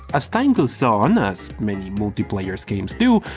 as time goes so on ah as many multiplayer games do,